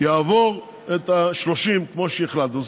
יעבור את ה-30, כמו שהחלטנו.